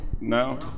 No